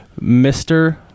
Mr